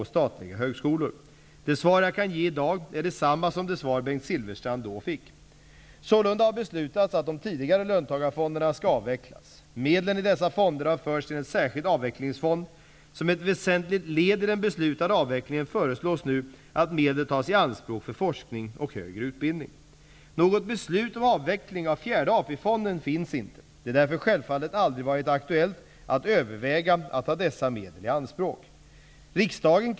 Det svar jag kan ge i dag är detsamma som det svar Bengt Silfverstrand då fick. Medlen i dessa fonder har förts till en särskild avvecklingsfond. Som ett väsentligt led i den beslutade avvecklingen föreslås nu att medel tas i anspråk för forskning och högre utbildning. fonden finns inte. Det har därför självfallet aldrig varit aktuellt att överväga att ta dessa medel i anspråk.